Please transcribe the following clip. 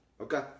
Okay